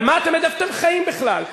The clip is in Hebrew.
איפה אתם חיים בכלל?